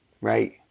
Right